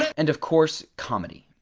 and of course, comedy.